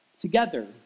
together